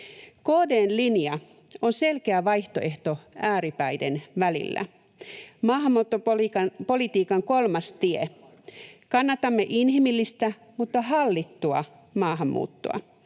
KD:n linja on selkeä vaihtoehto ääripäiden välillä: maahanmuuttopolitiikan kolmas tie. Kannatamme inhimillistä mutta hallittua maahanmuuttoa.